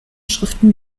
schriften